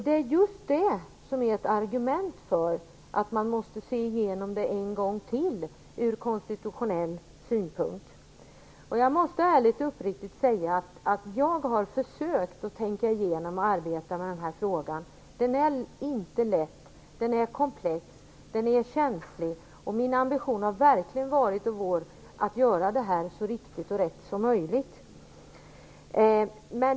Det är just detta som är ett argument för att vi måste se igenom det en gång till ur konstitutionell synpunkt. Jag måste ärligt och uppriktigt säga att jag har försökt att tänka igenom och arbeta med den här frågan. Den är inte lätt. Den är komplex och känslig. Vår ambition har verkligen varit att göra detta så riktigt som möjligt.